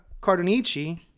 Cardonici